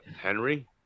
Henry